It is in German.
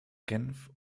genf